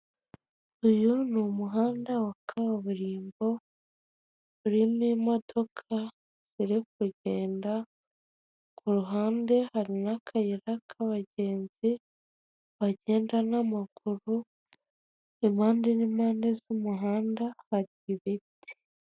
Uyu ni umuhanda wa kaburimbo urimo imodoka iri kugenda, ku ruhande hari n'akayira k'abagenzi bagenda n'amaguru, impande n'impande z'umuhanda hari ibiti.